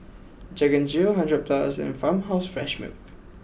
Jack N Jill hundred plus and Farmhouse Fresh Milk